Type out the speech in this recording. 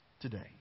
today